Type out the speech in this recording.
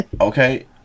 Okay